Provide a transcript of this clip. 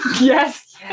yes